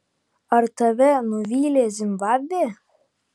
ar tave nuvylė zimbabvė